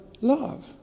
love